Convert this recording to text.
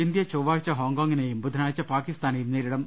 India ചൊവ്വാഴ്ച ഹോങ്കോങ്ങിന്റെയും ബുധനാഴ്ച പാക്കിസ്ഥാനെയും നേരിടും